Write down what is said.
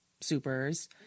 supers